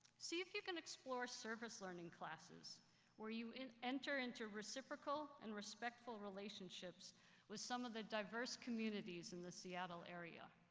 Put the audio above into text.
see if you can explore service-learning classes where you enter into reciprocal and respectful relationships with some of the diverse communities in the seattle area.